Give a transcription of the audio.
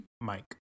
Mike